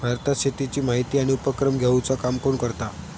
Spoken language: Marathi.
भारतात शेतीची माहिती आणि उपक्रम घेवचा काम कोण करता?